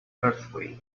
earthquake